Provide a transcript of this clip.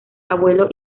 abuelo